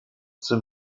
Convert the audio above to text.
zum